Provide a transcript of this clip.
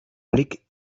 blick